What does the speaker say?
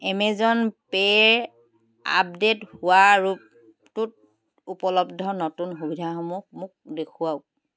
Amazon পে'ৰ update হোৱা ৰূপটোত উপলব্ধ নতুন সুবিধাসমূহ মোক দেখুৱাওক